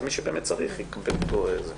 אז מי שבאמת צריך יקבל אותו.